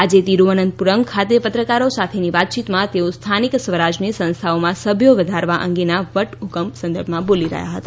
આજે તિરૂવનંતપુરમ્ ખાતે પત્રકારો સાથેની વાતચીતમાં તેઓ સ્થાનીક સ્વરાજની સંસ્થાઓમાં સભ્યો વધારવા અંગેના વટહુકમ સંદર્ભમાં બોલી રહ્યા હતા